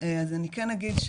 אז אני כן אגיד,